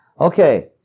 Okay